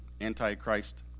antichrist